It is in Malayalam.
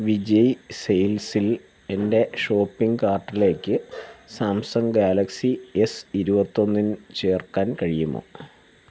വിജയ് സെയിൽസിൽ എൻ്റെ ഷോപ്പിംഗ് കാർട്ടിലേക്ക് സാംസങ് ഗാലക്സി എസ് ഇരുപത്തിയൊന്ന് ചേർക്കാൻ കഴിയുമോ